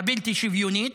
הבלתי-שוויונית.